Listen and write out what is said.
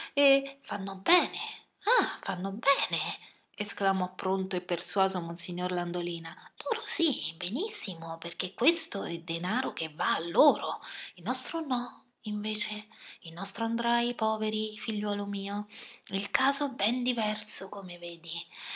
e fanno bene ah fanno bene esclamò pronto e persuaso monsignor landolina loro sì benissimo perché questo è denaro che va a loro il nostro no invece il nostro andrà ai poveri figliuolo mio il caso è ben diverso come vedi